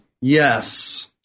Yes